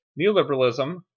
Neoliberalism